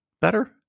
better